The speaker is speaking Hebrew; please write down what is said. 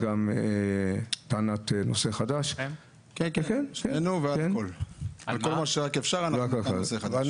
על כל מה שרק אפשר נטען נושא חדש.